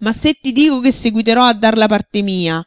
ma se ti dico che seguiterò a dar la parte mia